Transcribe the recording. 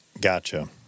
Gotcha